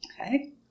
Okay